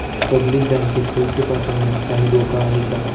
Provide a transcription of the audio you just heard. Public बँकेत पैसे ठेवण्यात काही धोका आहे का?